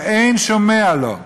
ואין שומע לו.